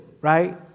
right